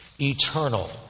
eternal